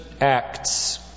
acts